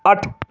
ਅੱਠ